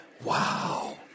wow